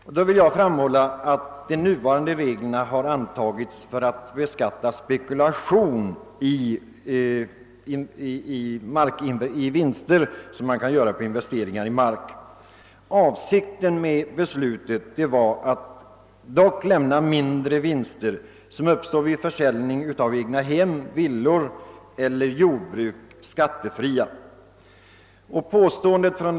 Jag vill framhålla att dessa regler har antagits för att beskatta vinster som kan göras på investeringar i mark, d.v.s. spekulation. Avsikten med beslutet var dock att lämna mindre vinster som uppstår vid försäljning av egnahem, villor eller jordbruk skattefria.